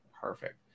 perfect